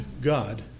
God